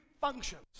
functions